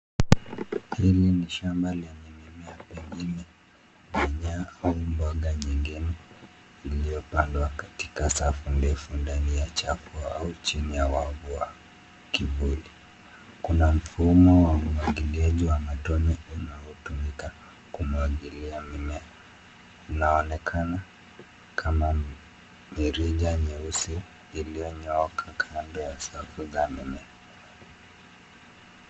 Hili ni shamba lenye mimea pengine nyanya au mboga nyingine iliyopandwa katika safu ndefu ndani ya chafu au chini ya wavu wa kivuli. Kuna mfumo wa umwagiliaji wa matone unaotumika kumwagilia mimea, unaonekana kama mirija nyeusi iliyonyooka kando ya safu za mimea.